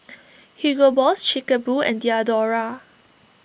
Hugo Boss Chic A Boo and Diadora